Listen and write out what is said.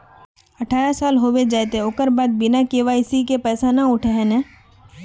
अठारह साल होबे जयते ओकर बाद बिना के.वाई.सी के पैसा न उठे है नय?